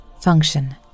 Function